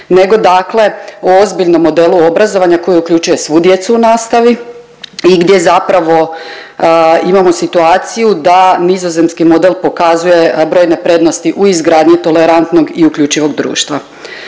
nego dakle o ozbiljnom modelu obrazovanja koje uključuje svu djecu u nastavi i gdje zapravo imamo situaciju da nizozemski model pokazuje brojne prednosti u izgradnji tolerantnog i uključivog društva.